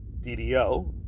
DDO